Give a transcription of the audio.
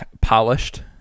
polished